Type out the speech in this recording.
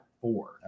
four